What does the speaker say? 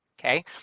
Okay